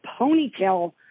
ponytail